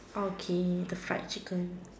okay the fried chicken